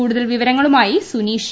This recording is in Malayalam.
കൂടുതൽ വിവരങ്ങളുമായി സുനീഷ്